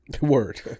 Word